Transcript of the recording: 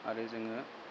आरो जोङो